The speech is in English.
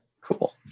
Cool